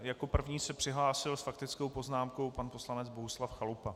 Jako první se přihlásil s faktickou poznámkou pan poslanec Bohuslav Chalupa.